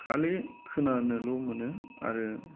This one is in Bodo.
खालि खोनानोल' मोनो आरो